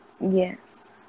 Yes